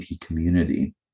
community